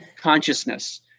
consciousness